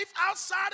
outside